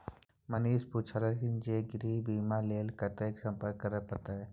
मनीष पुछलनि जे गृह बीमाक लेल कतय संपर्क करय परत?